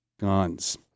guns